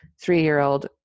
three-year-old